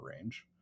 range